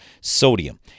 sodium